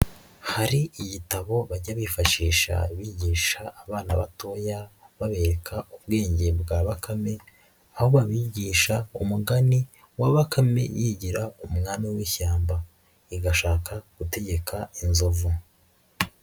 Hari igitabo bajya bifashisha bigisha abana batoya babereka ubwenge bwa Bakame, aho babigisha umugani wa Bakame yigira umwami w'ishyamba igashaka gutegeka inzovu.